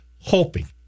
hoping